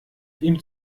ihm